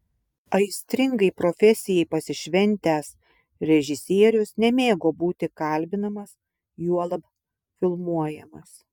aistringai profesijai pasišventęs režisierius nemėgo būti kalbinamas juolab filmuojamas